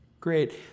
Great